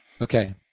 Okay